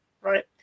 right